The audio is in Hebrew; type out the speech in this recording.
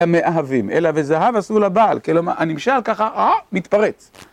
המאהבים, אלא וזהב עשו לבעל. כלומר, הנמשל ככה, אה, מתפרץ.